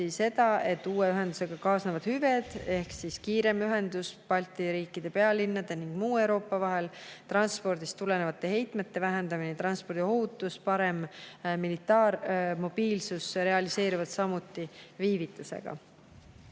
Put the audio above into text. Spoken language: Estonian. seda, et uue ühendusega kaasnevad hüved ehk kiirem ühendus Balti riikide pealinnade ning muu Euroopa vahel, transpordist tulenevate heitmete vähenemine, transpordiohutus ja parem militaarmobiilsus realiseeruvad samuti viivitusega.